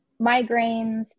migraines